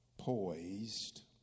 Poised